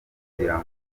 kugira